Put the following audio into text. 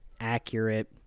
accurate